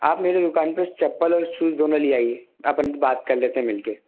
आप मेरे दुकान पर उस चप्पल और उस शूज़ दोनों ले आइए अपन बात कर लेते हैं मिलकर